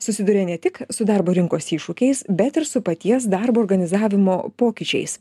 susiduria ne tik su darbo rinkos iššūkiais bet ir su paties darbo organizavimo pokyčiais